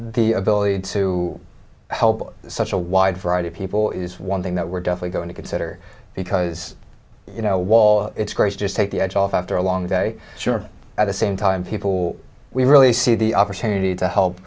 the ability to help such a wide variety of people is one thing that we're definitely going to consider because you know wall it's great to just take the edge off after a long day sure at the same time people we really see the opportunity to help